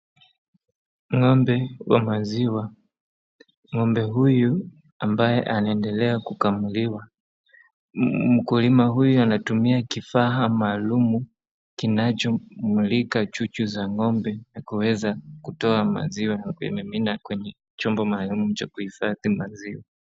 Ngo'mbe wa maziwa. Ngo'mbe huyu ambaye anaendelea kukamuliwa. Mkulima huyo anatumia kifaa maalumu kinachomulika chuchu za ngo'mbe na kuweza kutoa maziwa, na kuimimina kwenye chombo maalum cha kuhifadhi maziwa.